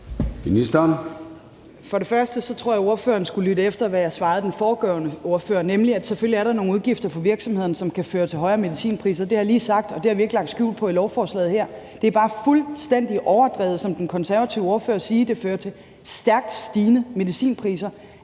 For det første tror jeg, at ordføreren skulle lytte efter, hvad jeg svarede den foregående ordfører, nemlig at der selvfølgelig er nogle udgifter for virksomhederne, som kan føre til højere medicinpriser – det har jeg lige sagt, og det har vi ikke lagt skjul på i lovforslaget her. Det er bare fuldstændig overdrevet at sige som den konservative ordfører, at det fører til stærkt stigende medicinpriser.